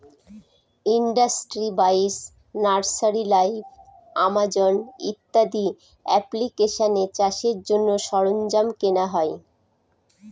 industry বাইশ, nursery live, Amazon ইত্যাদি এপ্লিকেশানে চাষের জন্য সরঞ্জাম কেনা হয়